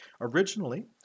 Originally